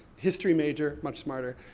history major, much smarter.